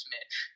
Mitch